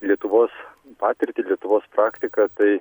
lietuvos patirtį lietuvos praktiką tai